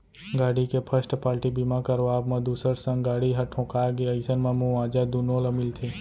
गाड़ी के first party बीमा करवाब म दूसर संग गाड़ी ह ठोंका गे अइसन म मुवाजा दुनो ल मिलथे